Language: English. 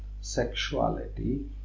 sexuality